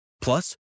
Plus